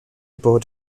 board